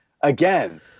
again